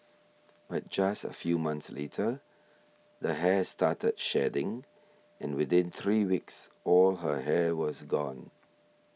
but just a few months later the hair started shedding and within three weeks all her hair was gone